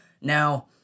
Now